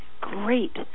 Great